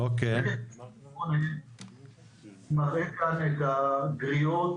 שקף 28 מראה נתחיל עם הגריעות